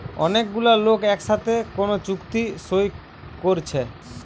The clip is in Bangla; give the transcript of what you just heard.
অনেক গুলা লোক একসাথে কোন চুক্তি সই কোরছে